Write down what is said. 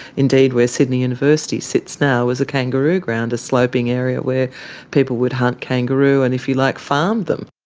indeed where sydney university sits now was a kangaroo ground, a sloping area where people would hunt kangaroo and, if you like, farm them.